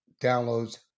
downloads